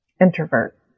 Introvert